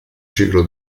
ciclo